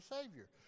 Savior